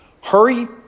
hurry